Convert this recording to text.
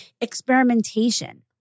experimentation